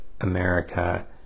America